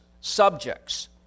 subjects